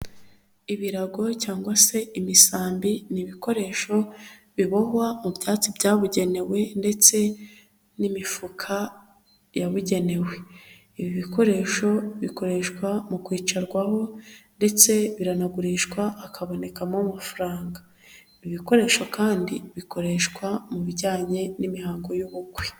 Ibirago cyangwa se imisambi n'ibikoresho bibohwa mu byatsi byabugenewe ndetse n'imifuka yabugenewe. Ibi bikoresho bikoreshwa mu kwicarwaho ndetse biranagurishwa hakabonekamo amafaranga. Ibi bikoresho kandi bikoreshwa mu bijyanye n'imihango y'ubukwe.